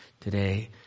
today